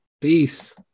Peace